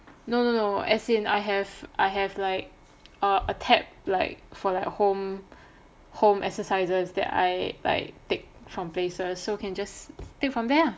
no no no as in I have I have like err a tab like for like home home exercises that I like take from places so can just take from there ah